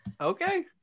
Okay